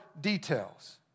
details